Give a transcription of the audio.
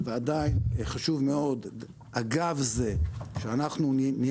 ועדיין חשוב מאוד אגב זה שאנחנו נהיה